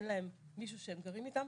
אין להם מישהו שהם גרים איתם,